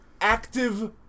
active